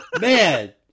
Man